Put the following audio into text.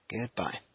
Goodbye